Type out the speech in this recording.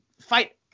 fight